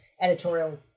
editorial